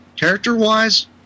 Character-wise